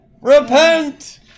repent